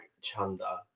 Chanda